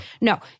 no